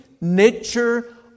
nature